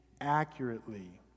accurately